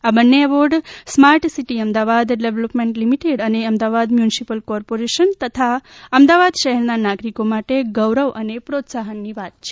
આ બન્ને award smart city Ahmedabad development limited અને અમદાવાદ મ્યુનિસિપલ કોર્પોરેશન તથા અમદાવાદ શહેરનાં નાગરિકો માટે ગૌરવ અને પ્રોત્સાહનની વાત છે